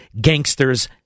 gangsters